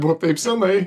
buvo taip senai